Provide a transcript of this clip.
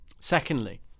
Secondly